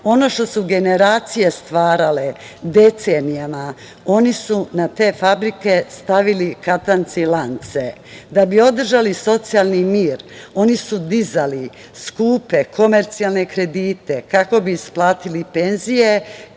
Ono što su generacije stvarale decenijama, oni su na te fabrike stavili katance i lance. Da bi održali socijalni mir oni su dizali skupe, komercijalne kredite kako bi isplatili penzije.